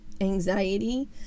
anxiety